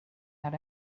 out